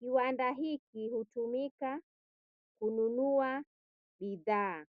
Kiwanda hiki hutumika kununua bidhaa.